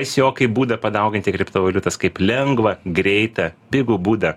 tiesiog kaip būdą padauginti kriptovaliutas kaip lengvą greitą pigų būdą